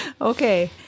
Okay